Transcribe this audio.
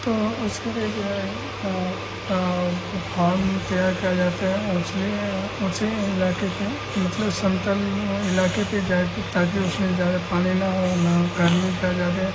तो उसके लिए जो है फार्म तैयार किया जाता है उचले ऊँचे इलाक़े पर मतलब समतल इलाक़े पर जाकर ताकी उसमें ज़्यादा पानी ना हो ना गर्मी का ज़्यादा